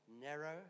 narrow